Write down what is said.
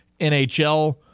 NHL